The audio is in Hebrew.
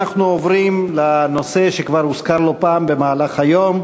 אנחנו עוברים לנושא שכבר הוזכר לא פעם במהלך היום: